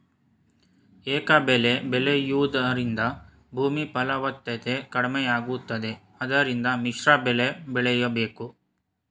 ಏಕಬೆಳೆ ಬೆಳೆಯೂದರಿಂದ ಭೂಮಿ ಫಲವತ್ತತೆ ಕಡಿಮೆಯಾಗುತ್ತದೆ ಆದ್ದರಿಂದ ಮಿಶ್ರಬೆಳೆ ಬೆಳೆಯಬೇಕು